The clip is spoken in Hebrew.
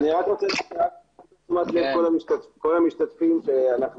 אני רק רוצה להסב את תשומת לב כל המשתתפים שאנחנו